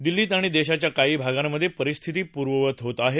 दिल्लीत आणि देशाच्या काही भागांमध्ये परिस्थिती पूर्ववत होत आहे